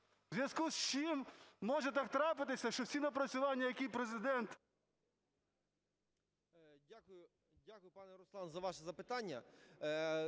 У зв'язку з чим може так трапитися, що всі напрацювання, які Президент…